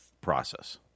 process